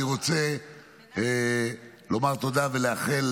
אני רוצה לומר תודה ולאחל,